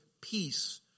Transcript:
peace